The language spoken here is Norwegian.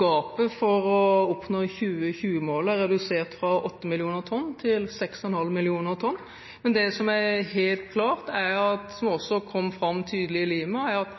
gapet for å oppnå 2020-målet er redusert fra 8 millioner tonn til 6,5 millioner tonn. Men det som er helt klart, og som også kom fram tydelig i Lima, er at